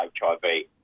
HIV